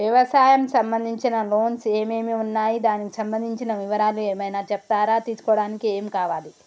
వ్యవసాయం సంబంధించిన లోన్స్ ఏమేమి ఉన్నాయి దానికి సంబంధించిన వివరాలు ఏమైనా చెప్తారా తీసుకోవడానికి ఏమేం కావాలి?